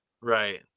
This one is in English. Right